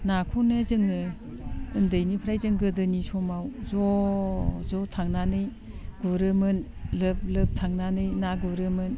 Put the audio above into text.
नाखौनो जोङो उन्दैनिफ्राय जों गोदोनि समाव ज' ज' थांनानै गुरोमोन लोब लोब थांनानै ना गुरोमोन